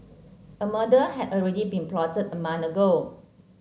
a murder had already been plotted a month ago